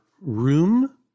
room